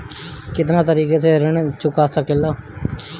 कातना तरीके से ऋण चुका जा सेकला?